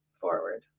forward